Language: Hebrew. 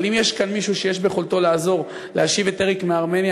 אבל אם יש כאן מישהו שיש ביכולתו לעזור להשיב את אריק מארמניה,